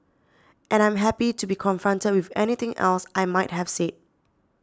and I'm happy to be confronted with anything else I might have said